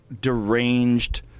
deranged